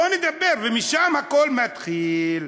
בוא נדבר, ומשם הכול מתחיל.